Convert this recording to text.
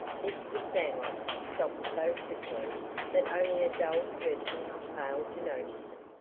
mr. stanlock stopped so quickly that only a dull person could fail to notice it.